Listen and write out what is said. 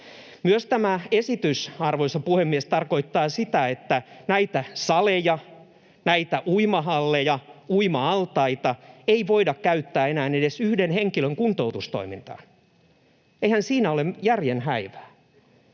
Myös tämä esitys, arvoisa puhemies, tarkoittaa sitä, että näitä saleja, näitä uimahalleja, uima-altaita ei voida käyttää enää edes yhden henkilön kuntoutustoimintaan. Eihän siinä ole järjen häivää.